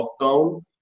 lockdown